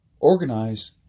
organize